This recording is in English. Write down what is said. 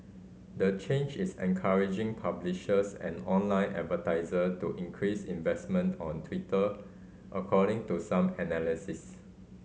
the change is encouraging publishers and online advertiser to increase investment on Twitter according to some analysis